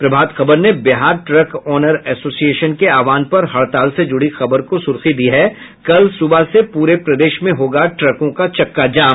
प्रभात खबर ने Bihar truck owner association के आहवान पर हड़ताल से जुड़ी खबर को सुर्खी दी है कल सुबह से पूरे प्रदेश में होगा ट्रकों का चक्का जाम